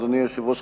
אדוני היושב-ראש,